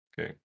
Okay